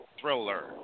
Thriller